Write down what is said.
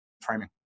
framing